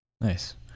nice